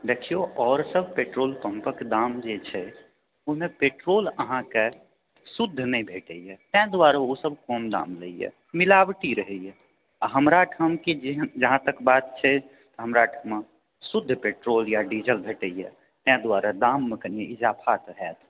देखिऔ आओर सभ पेट्रोल पम्पके दाम जे छै ओहिमे पेट्रोल अहाँकेँ शुद्ध नहि भेटैए ताहि दुआरे ओ सभ कम दाम लैए मिलावटी रहैए हमरा ओहिठामके जेहन जहाँ तक बात छै हमरा एहिठमा शुद्ध पेट्रोल या डीजल भेटैए ताहि दुआरे दाममे कनि इजाफा तऽ हाएत